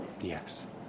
Yes